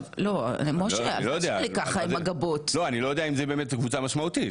אני לא יודע אם זה באמת קבוצה משמעותית,